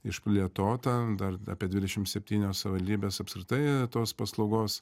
išplėtota dar apie dvidešimt septynios savivaldybės apskritai tos paslaugos